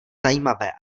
zajímavé